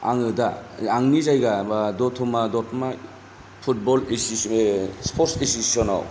आङो दा आंनि जायगा बा दतमा दतमा फुटबल स्पर्टस एससिसेशनाव